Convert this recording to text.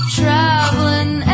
traveling